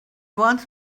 wants